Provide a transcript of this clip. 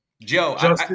Joe